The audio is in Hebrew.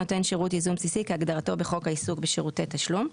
"נותן שירות ייזום בסיסי" כהגדרתו בחוק העיסוק בשירותי תשלום".